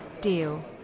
Deal